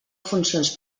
funcions